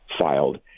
filed